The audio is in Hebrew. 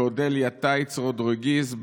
ואודליה טייץ רודריגז,